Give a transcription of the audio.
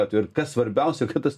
atvejų ir kas svarbiausia kad tas